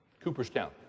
Cooperstown